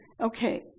Okay